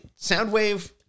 Soundwave